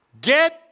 get